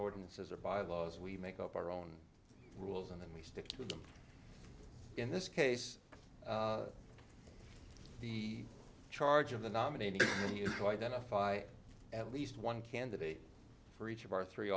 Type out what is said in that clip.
ordinances or bylaws we make up our own rules and then we stick to them in this case the charge of the nominating you to identify at least one candidate for each of our three